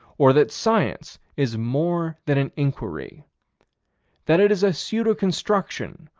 or that science is more than an inquiry that it is a pseudo-construction,